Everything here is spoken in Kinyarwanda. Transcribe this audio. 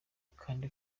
kandi